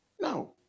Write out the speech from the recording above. no